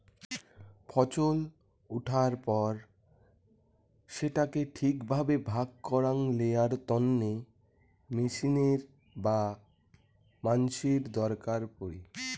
ফছল উঠার পর সেটাকে ঠিক ভাবে ভাগ করাং লেয়ার তন্নে মেচিনের বা মানসির দরকার পড়ি